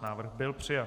Návrh byl přijat.